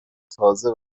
تازه